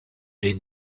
les